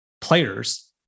players